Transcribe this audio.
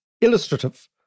illustrative